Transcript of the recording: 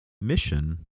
mission